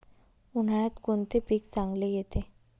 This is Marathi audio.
उन्हाळ्यात कोणते पीक चांगले येते?